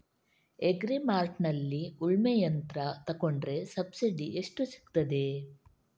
Agri ಮಾರ್ಟ್ನಲ್ಲಿ ಉಳ್ಮೆ ಯಂತ್ರ ತೆಕೊಂಡ್ರೆ ಸಬ್ಸಿಡಿ ಎಷ್ಟು ಸಿಕ್ತಾದೆ?